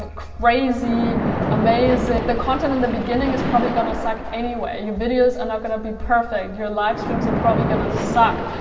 crazy amazing. the content in the beginning is probably gonna suck anyway. your videos are not gonna be perfect. your live streams are probably gonna suck.